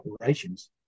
operations